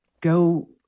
go